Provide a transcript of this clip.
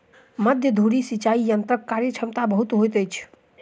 मध्य धुरी सिचाई यंत्रक कार्यक्षमता बहुत होइत अछि